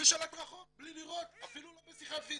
בשלט רחוק בלי לראות, אפילו לא בשיחת וידאו.